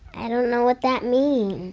i don't know what that means.